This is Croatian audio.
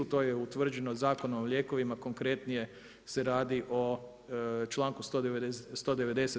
To je utvrđeno Zakonom o lijekovima, konkretnije se radi o članku 190.